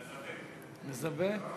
מזווה.